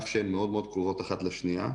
אף שהן מאוד קרובות אחת לשנייה,